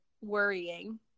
worrying